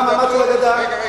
מה המעמד של הגדה?